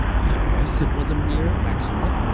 yes, it was a mere extra.